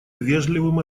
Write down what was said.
вежливым